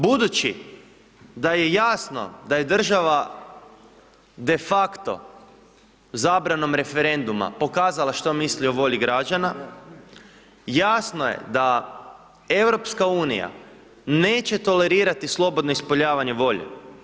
Budući da je jasno da je država de facto zabranom referenduma pokazala što misli o volji građana, jasno je da EU neće tolerirati slobodno ispoljavanje volje.